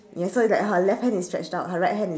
yes so it's like her left hand is stretched out her right hand is